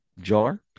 jar